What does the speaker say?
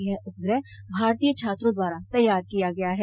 यह उपग्रह भारतीय छात्रों द्वारा तैयार किया गया है